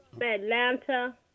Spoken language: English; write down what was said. Atlanta